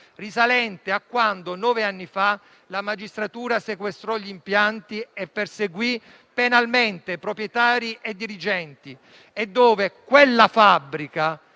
risalente a quando, nove anni fa, la magistratura sequestrò gli impianti e perseguì penalmente proprietari e dirigenti. Quella fabbrica,